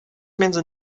między